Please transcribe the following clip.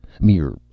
Mere